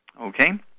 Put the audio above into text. Okay